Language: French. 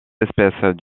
espèces